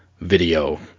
video